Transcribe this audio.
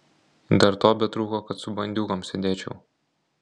dar to betrūko kad su bandiūgom sėdėčiau